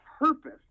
purpose